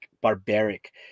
barbaric